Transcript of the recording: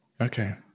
Okay